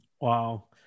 Wow